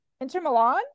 Inter-Milan